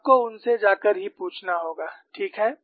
आपको उनसे जाकर ही पूछना होगा ठीक है